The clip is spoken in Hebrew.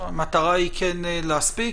המטרה היא להספיק.